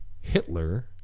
Hitler